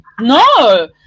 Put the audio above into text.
no